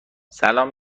سلام